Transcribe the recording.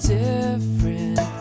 different